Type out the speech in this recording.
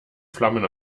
flammen